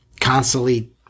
Constantly